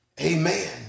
Amen